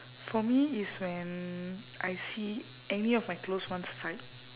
for me it's when I see any of my close ones fight